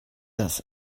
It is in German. das